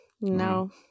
No